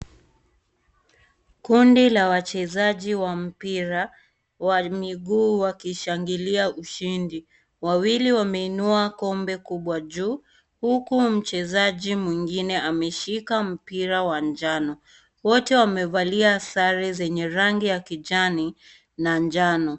Kundi la wachezaji wa mpira wa miguu wakishangilia ushindi, wawili wameinua gombe juu huku mchezaji mwingine ameshika mpira wa njano wote wamevalia sare zenye rangi ya kijani na njano.